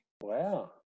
Wow